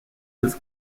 was